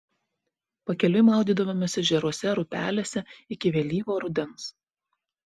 pakeliui maudydavomės ežeruose ar upelėse iki vėlyvo rudens